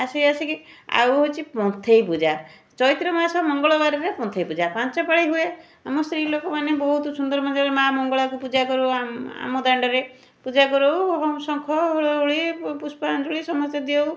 ଆସି ଆସକି ଆଉ ହେଉଛି ପନ୍ଥେଇ ପୂଜା ଚୈତ୍ର ମାସ ମଙ୍ଗଳବାରରେ ପନ୍ଥେଇ ପୂଜା ପାଞ୍ଚ ପାଳି ହୁଏ ଆମ ସ୍ତ୍ରୀ ଲୋକମାନେ ବହୁତ ସୁନ୍ଦର ମଜାରେ ମା' ମଙ୍ଗଳାକୁ ପୂଜା କରୁ ଆମ ଦାଣ୍ଡରେ ପୂଜା କରୁ ଶଙ୍ଖ ହୁଳହୁଳି ପୁଷ୍ପାଞ୍ଜଳି ସମସ୍ତେ ଦେଉ